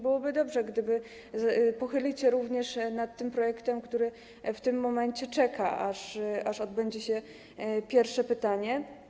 Byłoby dobrze pochylić się również nad tym projektem, który w tym momencie czeka, aż odbędzie się pierwsze czytanie.